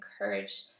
encourage